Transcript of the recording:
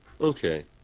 Okay